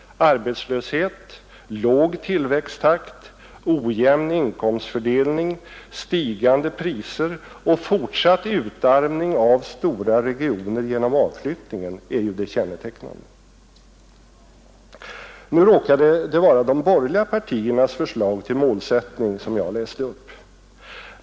Arbetslöshet, låg tillväxttakt, ojämn inkomstfördelning, stigande priser och fortsatt utarmning av stora regioner genom avflyttningen är det kännetecknande. Nu råkade det vara de borgerliga partiernas förslag till målsättning som jag läste upp.